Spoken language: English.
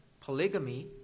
polygamy